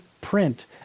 print